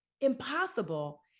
impossible